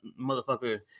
motherfucker